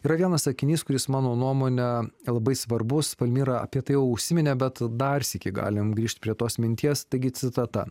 yra vienas sakinys kuris mano nuomone labai svarbus palmira apie tai jau užsiminė bet dar sykį galim grįžt prie tos minties taigi citata